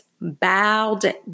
bowed